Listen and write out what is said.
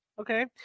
Okay